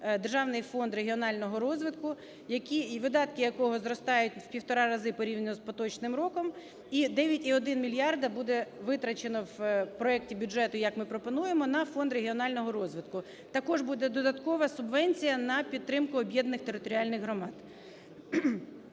Державний фонд регіонального розвитку, видатки якого зростають у півтора рази порівняно з поточним роком. І 9,1 мільярда буде витрачено у проекті бюджету, як ми пропонуємо, на Фонд регіонального розвитку. Також буде додаткова субвенція на підтримку об'єднаних територіальних громад